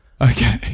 Okay